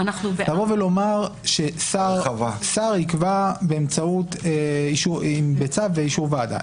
לומר ששר יקבע באמצעות צו באישור ועדה.